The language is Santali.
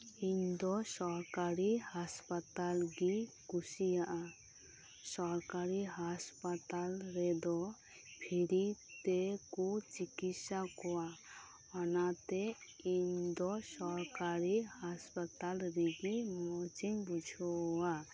ᱤᱧ ᱫᱚ ᱥᱚᱨᱠᱟᱨᱤ ᱦᱟᱥᱯᱟᱛᱟᱞ ᱜᱮᱧ ᱠᱩᱥᱤᱭᱟᱜᱼᱟ ᱥᱚᱨᱠᱟᱨᱤ ᱦᱟᱥᱯᱟᱛᱟᱞ ᱨᱮᱫᱚ ᱯᱷᱨᱤ ᱛᱮᱠᱩ ᱪᱤᱠᱤᱛᱥᱟ ᱠᱚᱣᱟ ᱚᱱᱟᱛᱮ ᱤᱧᱫᱚ ᱥᱚᱨᱠᱟᱨᱤ ᱦᱟᱥᱯᱛᱟᱞ ᱨᱮᱜᱤ ᱢᱚᱡᱽ ᱤᱧ ᱵᱩᱡᱷᱟᱹᱣᱟ